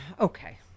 Okay